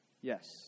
Yes